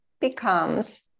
becomes